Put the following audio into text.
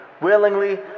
Willingly